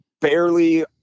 barely